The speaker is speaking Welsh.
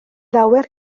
lawer